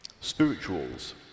spirituals